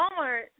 Walmart